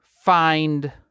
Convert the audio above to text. Find